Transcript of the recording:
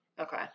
Okay